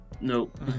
Nope